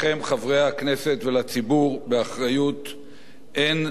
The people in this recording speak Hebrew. באחריות: אין נושא בדור האחרון,